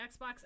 Xbox